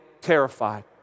terrified